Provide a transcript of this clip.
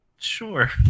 Sure